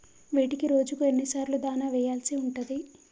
వీటికి రోజుకు ఎన్ని సార్లు దాణా వెయ్యాల్సి ఉంటది?